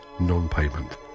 non-payment